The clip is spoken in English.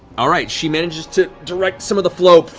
ah right. she manages to direct some of the flow,